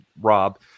Rob